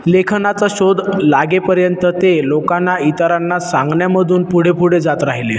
लेखनाचा शोध लागेपर्यंत ते लोकांना इतरांना सांगण्यामधून पुढे पुढे जात राहिले